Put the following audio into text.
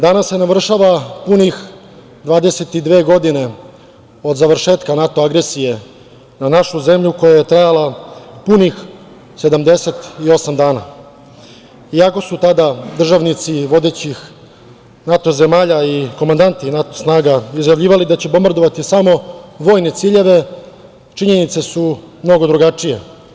Danas se navršava punih 22 godine od završetka NATO agresije na našu zemlju koja je trajala punih 78 dana, iako su tada državnici vodećih NATO zemalja i komandanti NATO snaga izjavljivali da će bombardovati samo vojne ciljeve, činjenice su mnogo drugačije.